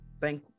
thank